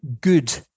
good